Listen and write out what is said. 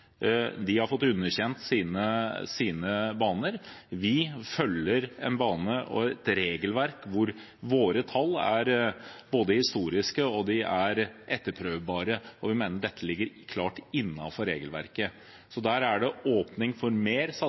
De har fått underkjent sine baner. Vi følger en bane og et regelverk hvor våre tall er både historiske og etterprøvbare, og vi mener det ligger klart innenfor regelverket. Der er det en åpning for mer satsing